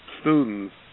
students